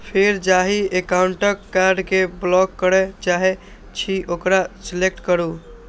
फेर जाहि एकाउंटक कार्ड कें ब्लॉक करय चाहे छी ओकरा सेलेक्ट करू